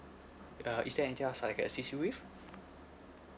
uh is there anything else I can assist you with